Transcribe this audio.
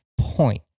point